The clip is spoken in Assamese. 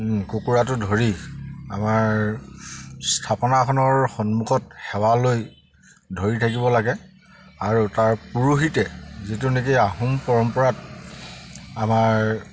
কুকুৰাটো ধৰি আমাৰ স্থাপনাখনৰ সন্মুখত সেৱা লৈ ধৰি থাকিব লাগে আৰু তাৰ পুৰোহিতে যিটো নেকি আহোম পৰম্পৰাত আমাৰ